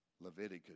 Leviticus